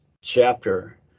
chapter